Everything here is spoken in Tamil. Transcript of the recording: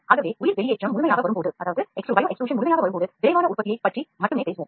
ஆகவே உயிர் வெளியேற்றம் முழுமையாக வரும்போது விரைவான முன்மாதிரியை விட விரைவான உற்பத்தியைப்பற்றி மட்டுமே பேசுவோம்